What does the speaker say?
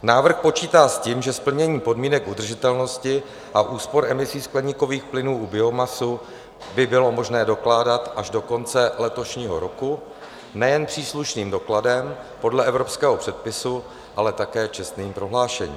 Návrh počítá s tím, že splnění podmínek udržitelnosti a úspor emisí skleníkových plynů u biomasy by bylo možné dokládat až do konce letošního roku nejen příslušným dokladem podle evropského předpisu, ale také čestným prohlášením.